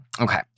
Okay